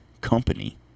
company